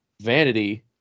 vanity